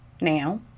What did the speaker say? now